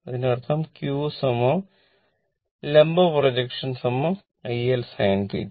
അതിനർത്ഥം q ലംബ projection IL sin തീറ്റ